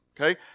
okay